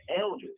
elders